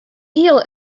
eel